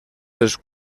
dels